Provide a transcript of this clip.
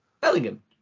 Bellingham